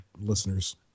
listeners